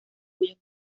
cuyos